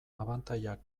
abantailak